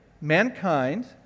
mankind